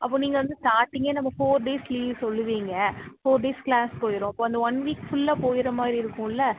அப்போ நீங்கள் வந்து ஸ்டார்டிங்கே என்னம்மா ஃபோர் டேஸ் லீவ் சொல்லுவீங்க ஃபோர் டேஸ் க்ளாஸ் போயிரும் அப்போ அந்த ஒன் வீக் ஃபுல்லாக போயிடுற மாதிரி இருக்கும் இல்லை